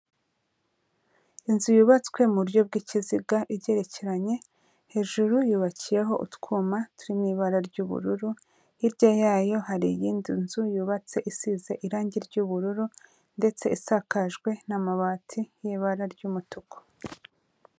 Inzu yubatswe mu buryo bw'ikiziga igerekeranye, hejuru yubakiyeho utwuma turi mu ibara ry'ubururu, hirya yayo hari iyindi nzu yubatse isize irangi ry'ubururu ndetse isakajwe n'amabati y'ibara ry'umutuku.